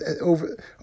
over